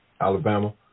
Alabama